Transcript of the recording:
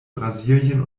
brasilien